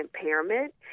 impairment